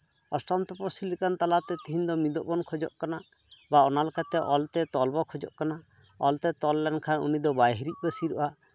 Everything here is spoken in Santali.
ᱚᱥᱴᱚᱢ ᱛᱚᱯᱚᱥᱤᱞ ᱞᱮᱠᱟᱛᱮ ᱛᱤᱦᱤᱧ ᱫᱚ ᱢᱤᱫᱚᱜ ᱵᱚᱱ ᱠᱷᱚᱡᱚᱜ ᱠᱟᱱᱟ ᱵᱟ ᱚᱱᱟᱞᱮᱠᱟᱛᱮ ᱚᱞᱛᱮ ᱛᱚᱞ ᱵᱚ ᱠᱷᱚᱡᱚᱜ ᱠᱟᱱᱟ ᱚᱞᱛᱮ ᱛᱚᱞ ᱞᱮ ᱠᱷᱟᱱ ᱩᱱᱤ ᱫᱚ ᱵᱟᱭ ᱦᱤᱨᱤᱡ ᱯᱟᱹᱥᱤᱨᱚᱜᱼᱟ